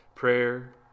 Prayer